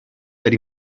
per